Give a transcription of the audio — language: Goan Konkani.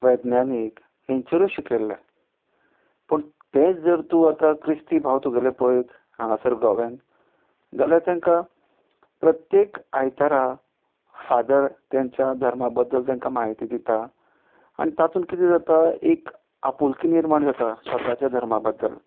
वैज्ञानीक हेंचेरूच शिकयल्ले पूण तेंच जर तूं आतां क्रिस्ति भाव तुगेले पळयत हांगासर गोव्यान जाल्यार तेंकां प्रत्येक आयतारा फादर तेंच्या धर्मा बद्दल तेंका म्हायती दिता आनी तातूंत कितें जाता एक आपुलकी निर्माण जाता स्वताच्या धर्मा बद्दल